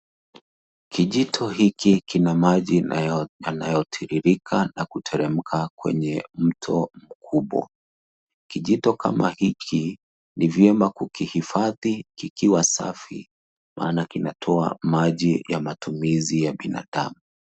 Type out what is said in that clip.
Kijito hiki kina maji yanayotiririka na kuteremka kwenye mto mkubwa. Kijito kama hiki ni vyema kukuhifadhi kikiwa safi maana kinatoa maji ya matumizi ya binadamu.